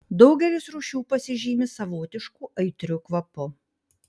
daugelis rūšių pasižymi savotišku aitriu kvapu